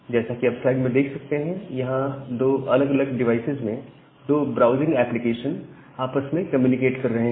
जैसा कि आप स्लाइड में देख सकते हैं यहां दो अलग अलग डिवाइसेज में दो ब्राउजिंग एप्लीकेशन आपस में कम्युनिकेट कर रहे हैं